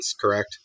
correct